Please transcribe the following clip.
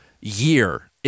year